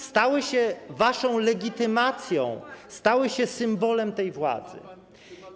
Stały się waszą legitymacją, stały się symbolem tej władzy.